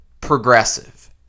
Progressive